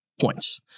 points